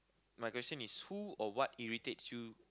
my question is who or what irritates you